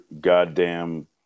goddamn